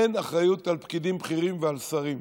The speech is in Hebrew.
אין אחריות על פקידים בכירים ועל שרים.